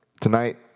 tonight